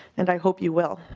and i hope you will.